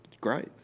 great